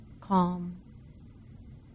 calm